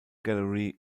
gallery